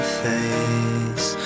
face